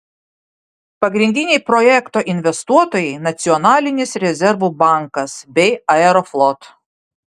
pagrindiniai projekto investuotojai nacionalinis rezervų bankas bei aeroflot